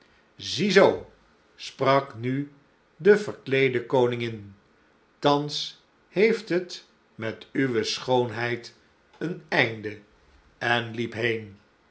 zoo sprak nu de verkleede koningin thans heeft het met uwe schoonheid een einde en zij liep heen